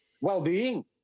well-being